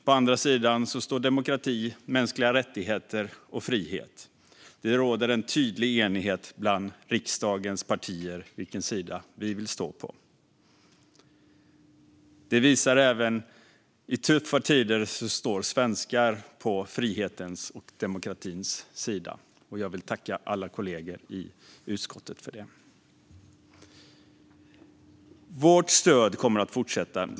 På andra sidan står demokrati, mänskliga rättigheter och frihet. Det råder en tydlig enighet bland riksdagens partier om vilken sida vi vill stå på. Det visar att även i tuffa tider står svenskar på frihetens och demokratins sida. Jag vill tacka alla kollegor i utskottet för det. Vårt stöd kommer att fortsätta.